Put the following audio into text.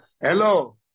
Hello